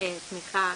תמיכה